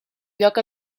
lloc